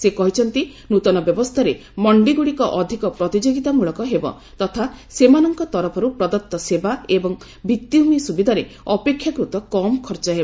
ସେ କହିଛନ୍ତି ନୂତନ ବ୍ୟବସ୍ଥାରେ ମଣ୍ଡିଗୁଡିକ ଅଧିକ ପ୍ରତିଯୋଗିତାମୂଳକ ହେବ ତଥା ସେମାନଙ୍କ ତରଫରୁ ପ୍ରଦତ୍ତ ସେବା ଏବଂ ଭିତ୍ତିଭୂମି ସୁବିଧାରେ ଅପେକ୍ଷାକୃତ କମ୍ ଖର୍ଚ୍ଚ ହେବ